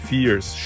Fears